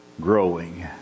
growing